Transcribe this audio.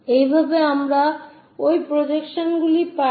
এইভাবে আমরা এই প্রজেকশনগুলি পাই